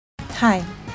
Hi